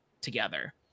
together